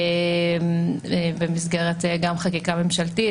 גם במסגרת חקיקה ממשלתית,